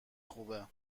خوبه